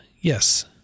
yes